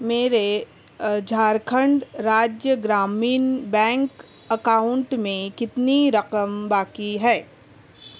میرے Jharkhand Rajya Gramin bank account میں کتنی رقم باقی ہے